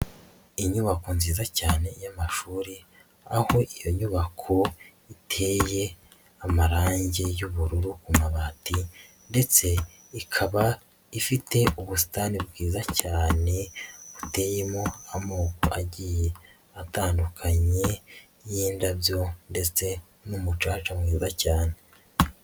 Inyubako nziza cyane y'amashuri. Aho iyo nyubako iteye amarangi y'ubururu ku mabati ndetse ikaba ifite ubusitani bwiza cyane, buteyemo amoko agiye atandukanye y'indabyo ndetse n'umucaca mwiza cyane.